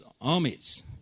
armies